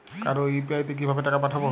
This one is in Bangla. কারো ইউ.পি.আই তে কিভাবে টাকা পাঠাবো?